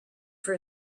for